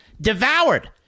devoured